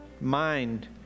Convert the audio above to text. mind